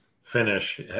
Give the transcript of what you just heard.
finish